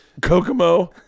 Kokomo